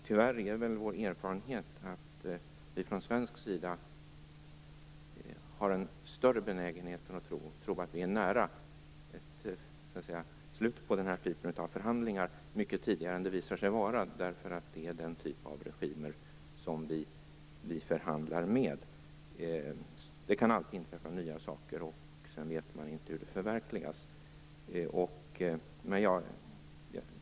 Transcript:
Tyvärr är vår erfarenhet att vi från svensk sida har en större benägenhet att tro att vi är nära slutet på den här typen av förhandlingar mycket tidigare än vad som man visar sig vara på grund av den typ av regimer vi förhandlar med. Det kan alltid inträffa nya saker, och sedan vet man inte hur det förverkligas.